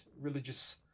religious